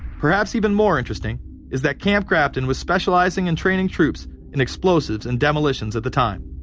perhaps even more interesting is that camp grafton was specializing. in training troops in explosives and demolitions at the time.